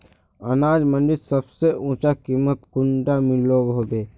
अनाज मंडीत सबसे ऊँचा कीमत कुंडा मिलोहो होबे?